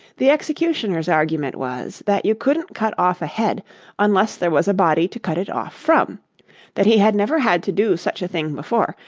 the executioner's argument was, that you couldn't cut off a head unless there was a body to cut it off from that he had never had to do such a thing before,